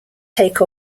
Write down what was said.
take